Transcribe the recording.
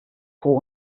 froh